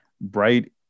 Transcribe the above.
bright